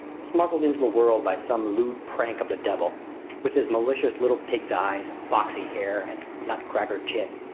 smuggled into the world by some lewd prank of the devil with his malicious little pig's eyes, foxy hair, and nut-cracker chin,